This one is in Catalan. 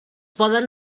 poden